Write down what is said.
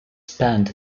spent